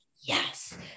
yes